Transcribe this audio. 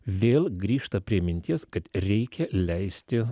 vėl grįžta prie minties kad reikia leisti